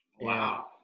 Wow